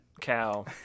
cow